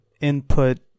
input